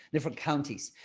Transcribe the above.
different counties.